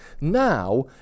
Now